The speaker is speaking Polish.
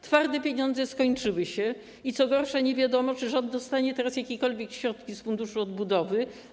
Twarde pieniądze skończyły się i, co gorsza, nie wiadomo, czy rząd dostanie teraz jakiekolwiek środki z Funduszu Odbudowy.